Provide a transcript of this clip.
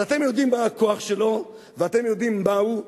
אז אתם יודעים מה הכוח שלו ואתם יודעים מה הוא,